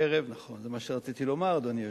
נכון, זה מה שרציתי לומר, אדוני היושב-ראש.